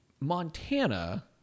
Montana